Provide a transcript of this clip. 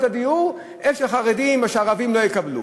הדיור כך שהחרדים והערבים לא יקבלו?